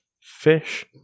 fish